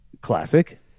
Classic